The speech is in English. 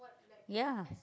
ya